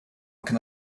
can